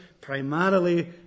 Primarily